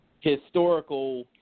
historical